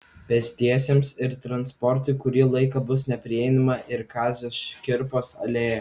pėstiesiems ir transportui kurį laiką bus neprieinama ir kazio škirpos alėja